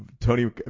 Tony